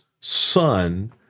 son